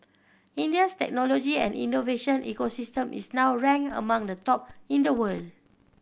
India's technology and innovation ecosystem is now ranked amongst the top in the world